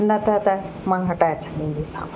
न त त मां हटाए छॾींदसि